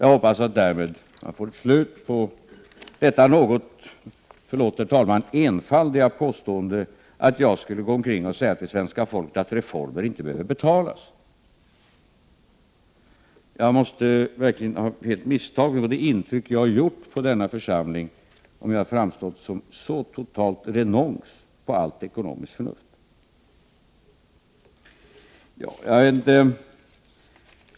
Jag hoppas därmed få ett slut på detta, förlåt herr talman, något enfaldiga påstående att jag skulle gå omkring och säga till svenska folket att reformer inte behöver betalas. Jag måste verkligen ha misstagit mig beträffande det intryck jag gjort på denna församling, om jag framstår som helt renons på allt ekonomiskt förnuft.